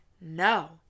No